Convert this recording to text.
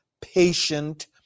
patient